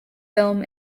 film